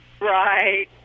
Right